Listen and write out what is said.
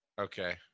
Okay